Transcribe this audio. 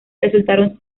resultaron